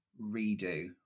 redo